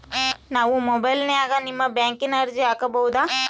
ನಾವು ಮೊಬೈಲಿನ್ಯಾಗ ನಿಮ್ಮ ಬ್ಯಾಂಕಿನ ಅರ್ಜಿ ಹಾಕೊಬಹುದಾ?